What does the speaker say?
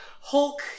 Hulk